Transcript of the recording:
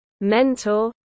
mentor